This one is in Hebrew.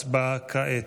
הצבעה כעת.